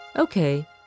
Okay